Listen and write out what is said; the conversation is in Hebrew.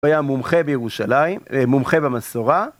הוא היה מומחה בירושלים, מומחה במסורה.